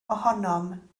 ohonom